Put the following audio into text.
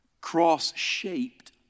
cross-shaped